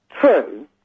True